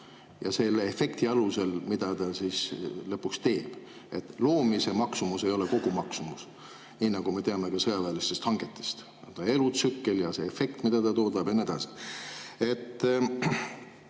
ja selle efekti alusel, mida ta siis lõpuks teeb. Loomise maksumus ei ole kogumaksumus, nii nagu me teame ka sõjaväeliste hangete põhjal, on ta siis elutsükkel ja see efekt, mida ta toodab, ja nii